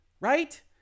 right